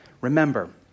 Remember